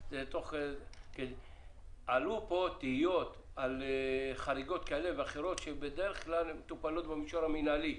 עלו פה תהיות על חריגות כאלו ואחרות שבדרך כלל מטופלות במישור המינהלי.